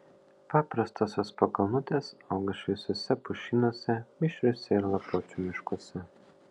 paprastosios pakalnutės auga šviesiuose pušynuose mišriuose ir lapuočių miškuose